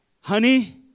Honey